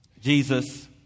Jesus